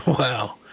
Wow